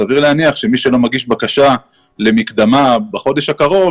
סביר להניח שמי שלא מגיש בקשה למקדמה בחודש הקרוב,